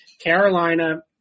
Carolina